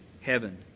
heaven